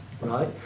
right